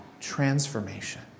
transformation